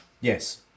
Yes